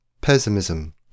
Pessimism